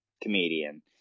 comedian